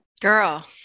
Girl